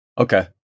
Okay